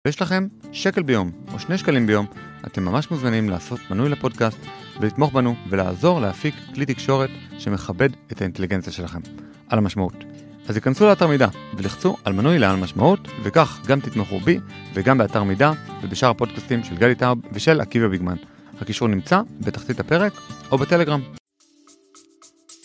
ואם יש לכם שקל ביום או שני שקלים ביום, אתם ממש מוזמנים לעשות מנוי לפודקאסט ולתמוך בנו ולעזור להפיק כלי תקשורת שמכבד את האינטליגנציה שלכם על המשמעות. אז יכנסו לאתר מידע ולחצו על מנוי לעל משמעות וכך גם תתמכו בי וגם באתר מידע ובשאר הפודקאסטים של גלי טארב ושל עקיבא ביגמן. הקישור נמצא בתחתית הפרק או בטלגרם.